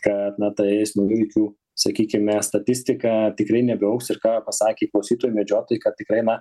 kad na ta eismo įvykių sakykime statistika tikrai nebeaugs ir ką pasakė klausytojai medžiotojai kad tikrai na